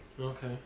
Okay